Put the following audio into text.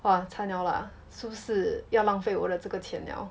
!wah! 惨了啦是不是要浪费我的这个钱 liao